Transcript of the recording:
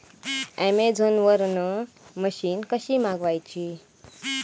Amazon वरन machine कशी मागवची?